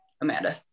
Amanda